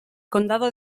condado